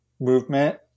movement